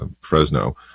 Fresno